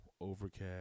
Overcast